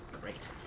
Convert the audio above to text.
Great